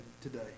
today